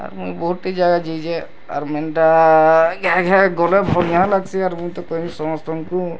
ଆର ମୁଇଁ ବହୁଟେ ଜାଗା ଯାଇଛେ ଆର ମେନ୍ଟା ଗଲେ ବଢ଼ିଆ ଲାଗ୍ସି ଆର୍ ମୁଇଁତ କହିମି ସମସ୍ତଙ୍କୁ